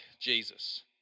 Jesus